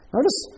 Notice